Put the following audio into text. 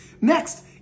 Next